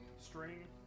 string